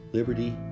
Liberty